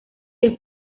que